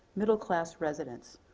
middle class residents,